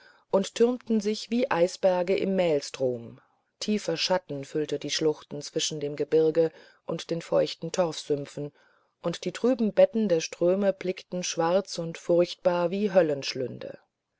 und türmten sich wie eisberge im maelstrom tiefer schatten füllte die schluchten zwischen dem gebirge und den feuchten torfsümpfen und die trüben bette der ströme blickten schwarz und furchtbar wie